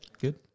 good